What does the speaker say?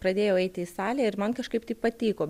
pradėjau eiti į salę ir man kažkaip tai patiko